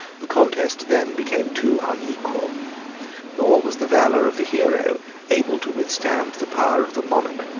the contest then became too unequal nor was the valor of the hero able to withstand the power of the monarch,